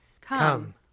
Come